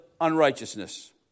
unrighteousness